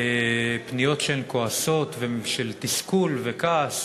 פניות כועסות, של תסכול וכעס,